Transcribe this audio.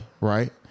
right